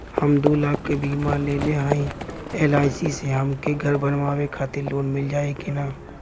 हम दूलाख क बीमा लेले हई एल.आई.सी से हमके घर बनवावे खातिर लोन मिल जाई कि ना?